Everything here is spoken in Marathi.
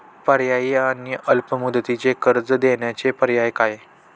पर्यायी आणि अल्प मुदतीचे कर्ज देण्याचे पर्याय काय?